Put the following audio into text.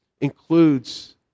includes